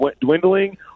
dwindling –